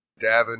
Davin